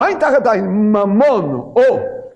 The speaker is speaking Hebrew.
עין תחת עין, ממון או